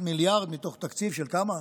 מיליארד מתוך תקציב של כמה?